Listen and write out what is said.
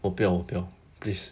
我不要我不要 please